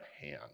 hand